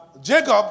Jacob